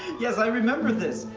yes, i remember this.